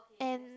and